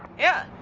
yeah.